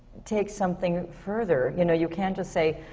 takes something further. you know, you can't just say,